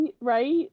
Right